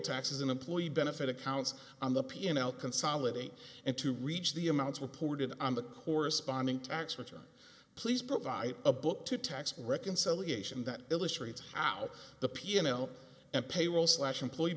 taxes and employee benefit accounts on the p and l consolidate and to reach the amounts reported on the corresponding tax return please provide a book to tax reconciliation that illustrates how the piano and payroll slash employee